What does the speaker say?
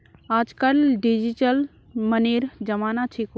आजकल डिजिटल मनीर जमाना छिको